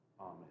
Amen